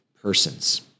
persons